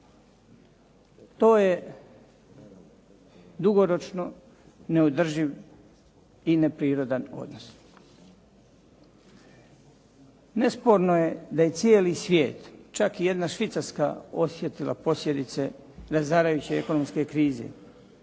To je dugoročno neodrživ i neprirodan odnos. Nesporno je da je cijeli svijet, čak i jedna Švicarska osjetila posljedice razarajuće svjetske krize